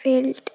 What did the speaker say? failed